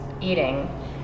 eating